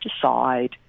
decide